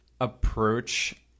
approach